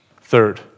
Third